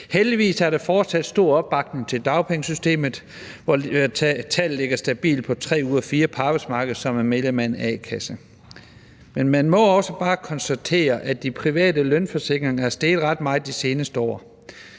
Heldigvis er der fortsat stor opbakning til dagpengesystemet. Tallet ligger stabilt på tre ud af fire på arbejdsmarkedet, som er medlem af en a-kasse. Men man må også bare konstatere, at de private lønforsikringer er steget ret meget de seneste år.